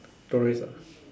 tourist ah